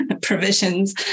provisions